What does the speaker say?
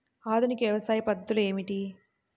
ఆధునిక వ్యవసాయ పద్ధతులు ఏమిటి?